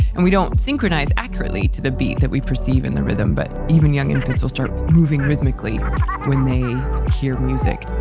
and we don't synchronize accurately to the beat that we perceive in the rhythm, but even young infants will start moving rhythmically when they hear music